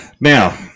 Now